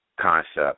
concept